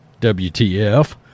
WTF